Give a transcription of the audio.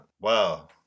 Wow